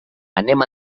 anem